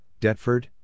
Detford